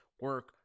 Work